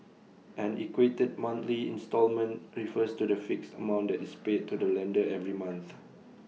an equated monthly instalment refers to the fixed amount that is paid to the lender every month